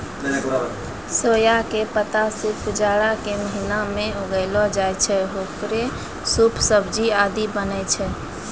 सोया के पत्ता सिर्फ जाड़ा के महीना मॅ उगैलो जाय छै, हेकरो सूप, सब्जी आदि बनै छै